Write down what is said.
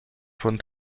von